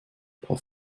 paar